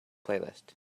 playlist